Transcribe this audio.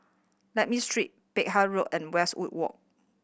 Lakme Street Peck Hay Road and Westwood Walk